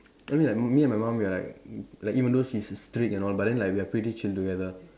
I mean like me and my mum we are like like even though she's a strict and all but then like we are pretty chill together